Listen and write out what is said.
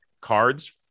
cards